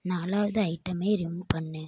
நாலாவது ஐயிட்டமை ரிமூவ் பண்ணு